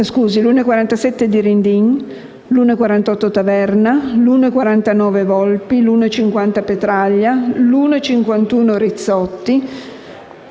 parere contrario